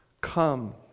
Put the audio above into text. come